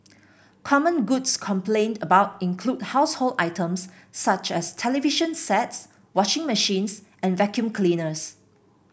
common goods complained about include household items such as television sets washing machines and vacuum cleaners